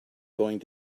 going